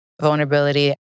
Vulnerability